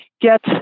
get